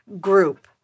group